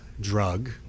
drug